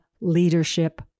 leadership